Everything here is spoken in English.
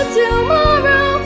tomorrow